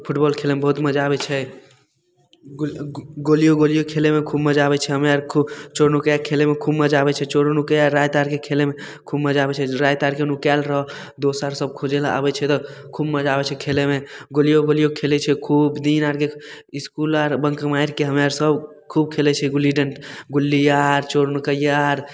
football खेलैमे बहुत मजा आबै छै गो गोलि गोलिओ गोलिओ खेलैमे खूब मजा आबै छै हमरा आरके चोर नुकाइ खेलैमे खूब मजा आबै छै चोर नुकैआ राति आरके खेलैमे खूब मजा आबै छै राति आरके नुकाएल रह दोसर सभ खोजैलए आबै छै तऽ खूब मजा आबै छै खेलैमे गोलिओ गोलिओ खेलै छिए खूब दिन आरके इसकुल आर बङ्क मारिके हमे आर सभ खूब खेलै छी गुल्ली डन्ट गुल्ली आर चोर नुकैआ आर